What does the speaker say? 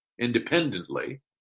independently